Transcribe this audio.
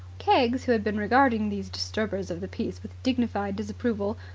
keggs, who had been regarding these disturbers of the peace with dignified disapproval,